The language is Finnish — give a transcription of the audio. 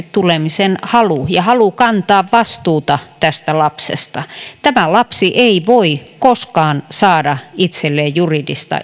tulemisen halu ja halu kantaa vastuuta tästä lapsesta tämä lapsi ei voi koskaan saada itselleen juridista